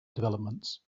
developments